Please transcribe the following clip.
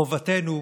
מחובתנו,